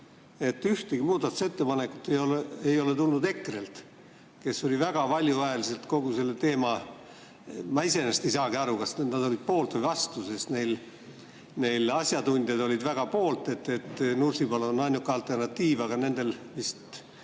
et ühtegi muudatusettepanekut ei ole tulnud EKRE‑lt, kes oli väga valjuhäälselt kogu selle teema ... Ma iseenesest ei saagi aru, kas nad olid poolt või vastu, sest neil asjatundjad olid väga selle poolt, et Nursipalu on ainuke alternatiiv, aga nendel vist